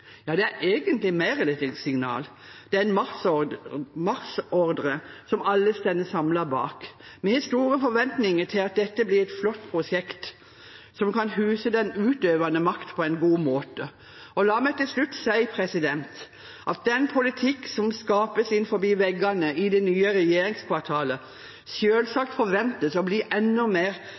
Ja, det er egentlig mer enn et signal – det er en marsjordre som alle står samlet bak. Vi har store forventninger til at dette blir et flott prosjekt som kan huse den utøvende makt på en god måte. La meg til slutt si at den politikk som skapes innenfor veggene i det nye regjeringskvartalet, selvsagt forventes å bli enda mer